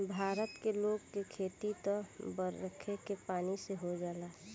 भारत के लोग के खेती त बरखे के पानी से हो जाला